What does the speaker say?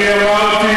אני אמרתי